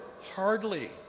hardly